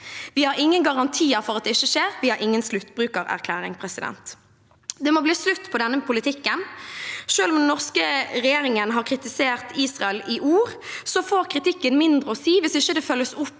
Vi har ingen garantier for at det ikke skjer, vi har ingen sluttbrukererklæring. Det må bli slutt på denne politikken. Selv om den norske regjeringen har kritisert Israel i ord, får kritikken mindre å si hvis den ikke følges opp